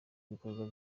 ibikorwa